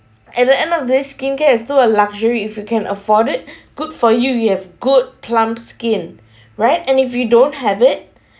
at the end of this skincare is too a luxury if you can afford it good for you you have good plump skin right and if you don't have it